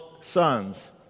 sons